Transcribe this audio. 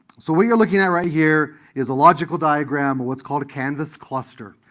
so what you're looking at right here is a logical diagram of what's called a canvas cluster.